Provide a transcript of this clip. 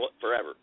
forever